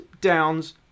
downs